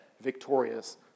victorious